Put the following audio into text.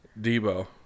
Debo